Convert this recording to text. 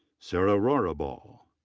sara rohrabaugh.